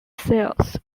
sales